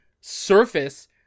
surface